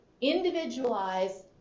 individualize